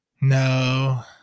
No